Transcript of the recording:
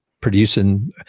producing